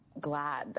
glad